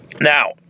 Now